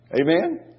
Amen